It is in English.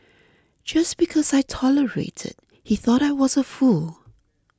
just because I tolerated he thought I was a fool